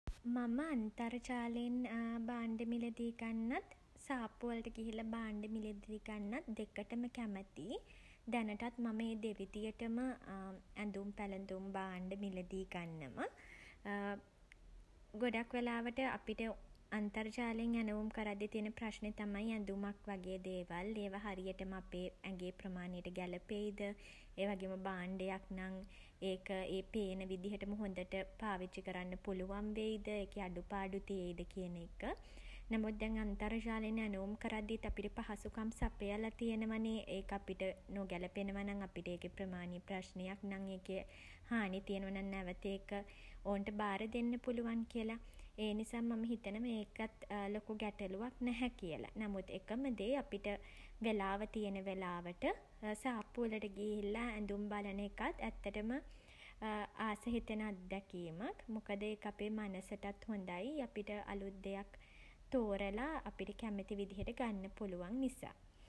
මම අන්තර්ජාලයෙන් භාණ්ඩ මිලදී ගන්නත් සාප්පුවලට ගිහිල්ලා භාණ්ඩ මිලදී ගන්නත් දෙකටම කැමතියි. දැනටත් මම ඒ දෙවිදියටම ඇඳුම් පැළඳුම් භාණ්ඩ මිලදී ගන්නවා. ගොඩක් වෙලාවට අපිට අන්තර්ජාලයෙන් ඇනවුම් කරද්දි තියෙන ප්‍රශ්නේ තමයි ඇඳුමක් වගේ දේවල් ඒවා හරියටම අපේ ඇගේ ප්‍රමාණයට ගැලපෙයිද? ඒවගේම භාණ්ඩයක් නම් ඒක ඒ පේන විදිහටම හොඳට පාවිච්චි කරන්න පුළුවන් වෙයිද? එකේ අඩුපාඩු තියෙයිද කියන එක. නමුත් දැන් අන්තර්ජාලයෙන් ඇණවුම් කරද්දීත් අපිට පහසුකම් සපයලා තියෙනවානේ ඒක අපිට නොගැළපෙනව නම් අපිට ඒකෙ ප්‍රමාණයේ ප්‍රශ්නයක් නම් ඒකෙ හානි තියෙනව නම් නැවත ඒක ඔවුන්ට භාර දෙන්න පුළුවන් කියල. ඒ නිසා මම හිතනව ඒකත් ලොකු ගැටලුවක් නැහැ කියලා. නමුත් එකම දේ අපිට වෙලාව තියෙන වෙලාවට සාප්පුවලට ගිහිල්ලා ඇඳුම් බලන එකත් ඇත්තටම ආස හිතෙන අත්දැකීමක්. මොකද ඒක අපේ මනසටත් හොඳයි. අපිට අලුත් දෙයක් තෝරලා අපිට කැමති විදිහට ගන්න පුළුවන් නිසා.